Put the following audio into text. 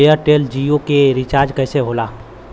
Airtel Jio के recharge कैसे होला?